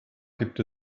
gibt